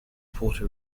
puerto